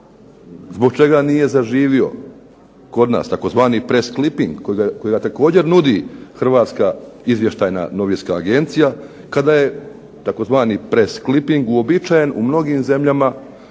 Zbog čega nije zaživio kod nas tzv. press cliping kojega također nudi Hrvatska izvještajna novinska agencija, kada je tzv. press cliping uobičajen u mnogim zemljama